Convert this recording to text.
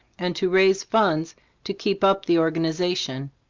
and to raise funds to keep up the organization.